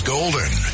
Golden